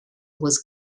was